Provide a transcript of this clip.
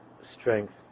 strength